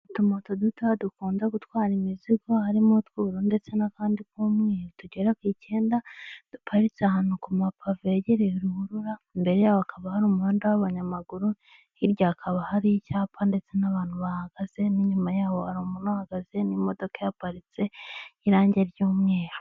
Utumoto dutoya dukunda gutwara imizigo, harimo utw'ubururu ndetse n'akandi k'umweru tugera ku icyenda; duparitse ahantu ku mapave yegereye ruhurura, imbere yaho hakaba hari umuhanda w'abanyamaguru, hirya hakaba hari icyapa ndetse n'abantu bahagaze n'inyuma yaho hari umuntu uhagaze n'imodoka ihaparitse y'irangi ry'umweru.